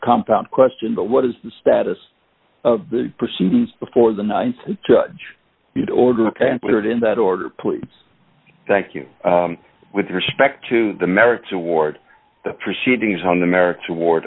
compound question but what is the status of the proceedings before the th judge ordered and put in that order please thank you with respect to the merits award the proceedings on the merits award